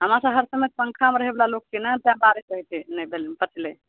हमरा सब हर समय पंखामे रहै बला लोक छियै ने तेॅं बारिश होइ छै नहि पचलै